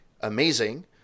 amazing